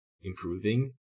improving